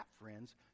friends